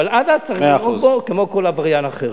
אבל עד אז צריך לנהוג בו כמו בכל עבריין אחר.